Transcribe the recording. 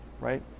right